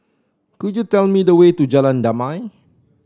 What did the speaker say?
could you tell me the way to Jalan Damai